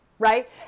Right